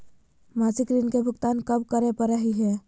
मासिक ऋण के भुगतान कब करै परही हे?